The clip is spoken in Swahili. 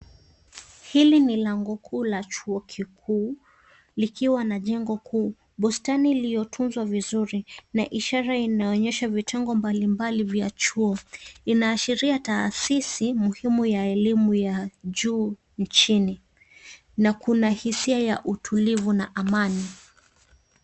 Hili ni lango kuu la chuo kikuu likiwa na jengo kuu. Bustani iliyo tunzwa vizuri na ishara inaonyesha vitango mbalimbali vya chuo. Inashiria taasisi muhimu ya elimu ya juu nchini na kuna hisia ya utulivu na amani.